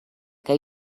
que